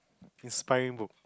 inspiring book